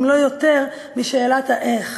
אם לא יותר, משאלת האיך,